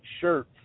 shirts